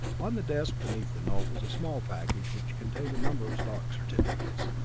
on the desk beneath the note was a small package which contained a number of stock certificates.